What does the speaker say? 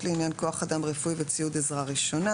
לעניין כוח אדם רפואי וציוד עזרה ראשונה)